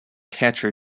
catcher